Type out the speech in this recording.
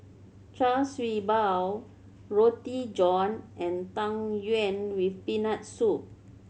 Char Siew Bao Roti John and Tang Yuen with Peanut Soup